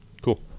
Cool